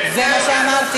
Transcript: זה מה שאמרתי,